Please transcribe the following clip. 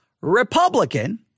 Republican